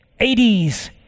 80s